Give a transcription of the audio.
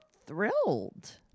thrilled